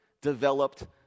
developed